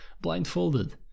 blindfolded